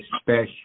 special